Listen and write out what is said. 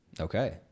okay